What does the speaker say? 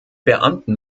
beamten